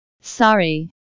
Sorry